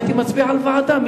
הייתי מצביע על ועדה,